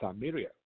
Samaria